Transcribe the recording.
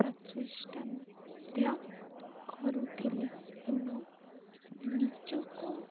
ପ୍ରଚେଷ୍ଟା ମଧ୍ୟ କରୁଥିଲେ ଏବଂ ନିଜକୁ